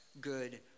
good